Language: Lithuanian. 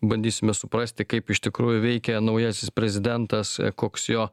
bandysime suprasti kaip iš tikrųjų veikia naujasis prezidentas koks jo